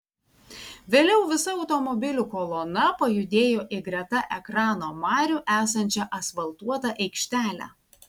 vėliau visa automobilių kolona pajudėjo į greta ekrano marių esančią asfaltuotą aikštelę